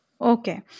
Okay